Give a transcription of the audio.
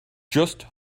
just